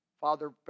Father